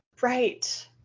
Right